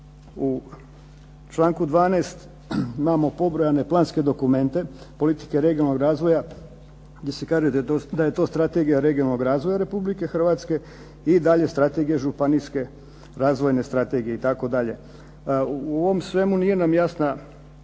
U članku 12. imamo pobrojane planske dokumente politike regionalnog razvoja gdje se kaže da je to strategija regionalnog razvoj Republike Hrvatske i dalje strategija županijske razvojne strategije itd. U ovom svemu nije nam jasna